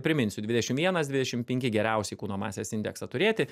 priminsiu dvidešimt vienas dvidešimt penki geriausiai kūno masės indeksą turėti